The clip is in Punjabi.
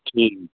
ਠੀਕ